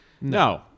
No